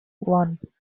one